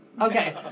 Okay